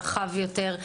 רחב יותר.